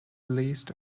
list